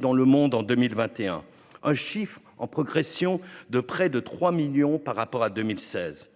dans le monde en 2021, un chiffre en progression de près de 3 millions par rapport à 2016.